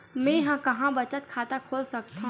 मेंहा कहां बचत खाता खोल सकथव?